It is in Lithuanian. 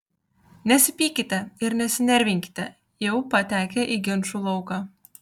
nesipykite ir nesinervinkite jau patekę į ginčų lauką